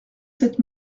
sept